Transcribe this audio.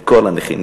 את כל הנכים,